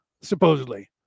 supposedly